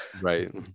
right